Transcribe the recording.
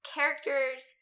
Characters